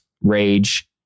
rage